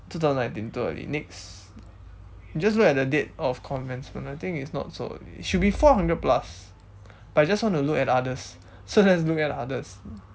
two thousand nineteen two thousand nineteen next just look at the date of commencement I think it's not so early it should be four thousand plus but I just want to look at others so let's look at others